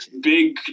big